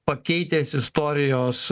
pakeitęs istorijos